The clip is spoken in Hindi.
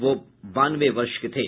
वह बानवे वर्ष के थे